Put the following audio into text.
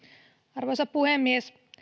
arvoisa puhemies